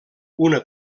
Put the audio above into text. una